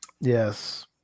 Yes